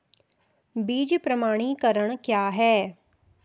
बीज प्रमाणीकरण क्या है?